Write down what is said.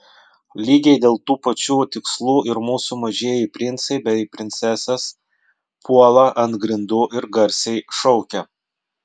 lygiai dėl tų pačių tikslų ir mūsų mažieji princai bei princesės puola ant grindų ir garsiai šaukia